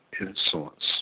insolence